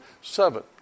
seven